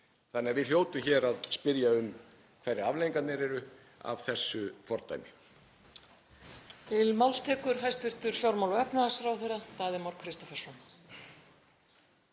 Þannig að við hljótum að spyrja hverjar afleiðingarnar séu af þessu fordæmi.